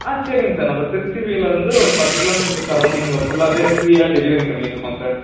ஆ சரிங்க சார் நம்ப திருச்சிவில வந்து ஒரு பத்து கிலோமீட்டர் சரௌண்டிங்கில ஃபுல்லாகவே ஃப்ரீயாக டெலிவரி பண்ணிட்டுருக்கோம் சார்